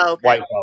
white